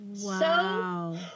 Wow